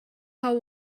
how